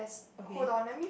okay